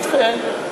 נדחה,